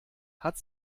hat